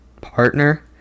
partner